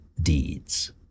deeds